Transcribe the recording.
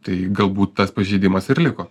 tai galbūt tas pažeidimas ir liko